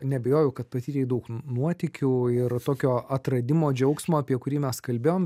neabejoju kad patyrei daug nuotykių ir tokio atradimo džiaugsmo apie kurį mes kalbėjom